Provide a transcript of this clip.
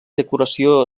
decoració